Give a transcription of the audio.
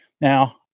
Now